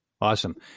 awesome